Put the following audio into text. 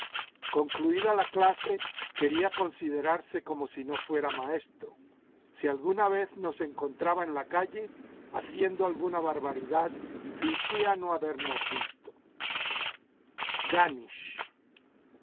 concluida la clase quería considerarse como si no fuera maestro si alguna vez nos encontraba en la calle haciendo alguna barbaridad fingía no habernos visto ganisch